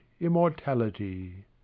immortality